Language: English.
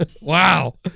Wow